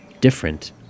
Different